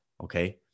okay